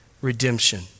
redemption